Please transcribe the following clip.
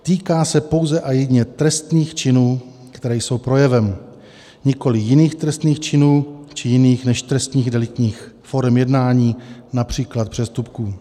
Týká se pouze a jedině trestných činů, které jsou projevem, nikoli jiných trestných činů či jiných než trestných deliktních forem jednání, například přestupků.